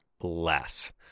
less